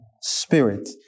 spirit